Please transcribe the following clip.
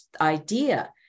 idea